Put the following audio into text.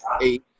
eight